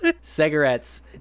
cigarettes